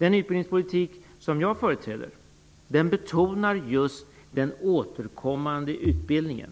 Den utbildningspolitik som jag företräder betonar just den återkommande utbildningen